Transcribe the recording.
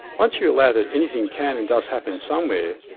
once you allow that anything can and does happen somewhere,